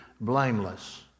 blameless